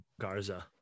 Garza